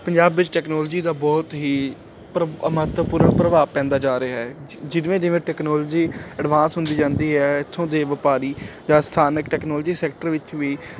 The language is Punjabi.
ਪੰਜਾਬ ਵਿੱਚ ਟੈਕਨੋਲੋਜੀ ਦਾ ਬਹੁਤ ਹੀ ਪਰ ਮਹੱਤਵਪੂਰਨ ਪ੍ਰਭਾਵ ਪੈਂਦਾ ਜਾ ਰਿਹਾ ਹੈ ਜਿ ਜਿਵੇਂ ਜਿਵੇਂ ਟੈਕਨੋਲਜੀ ਐਡਵਾਂਸ ਹੁੰਦੀ ਜਾਂਦੀ ਹੈ ਇੱਥੋਂ ਦੇ ਵਪਾਰੀ ਜਾਂ ਸਥਾਨਕ ਟੈਕਨੋਲੋਜੀ ਸੈਕਟਰ ਵਿੱਚ ਵੀ